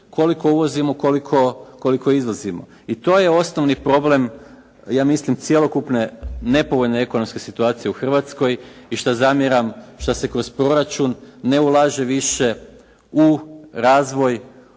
koliko uvozimo, koliko izvozimo i to je osnovni problem ja mislim cjelokupne nepovoljne ekonomske situacije u Hrvatskoj i šta zamjeram što se kroz proračun ne ulaže više u razvoj